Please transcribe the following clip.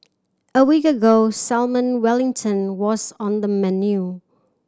a week ago Salmon Wellington was on the menu